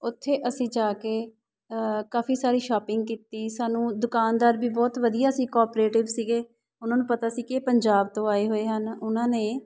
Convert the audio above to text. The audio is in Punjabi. ਉੱਥੇ ਅਸੀਂ ਜਾ ਕੇ ਕਾਫੀ ਸਾਰੀ ਸ਼ੋਪਿੰਗ ਕੀਤੀ ਸਾਨੂੰ ਦੁਕਾਨਦਾਰ ਵੀ ਬਹੁਤ ਵਧੀਆ ਸੀ ਕੋਪ੍ਰੇਟਿਵ ਸੀਗੇ ਉਹਨਾਂ ਨੂੰ ਪਤਾ ਸੀ ਕਿ ਇਹ ਪੰਜਾਬ ਤੋਂ ਆਏ ਹੋਏ ਹਨ ਉਹਨਾਂ ਨੇ